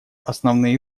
основные